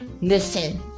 Listen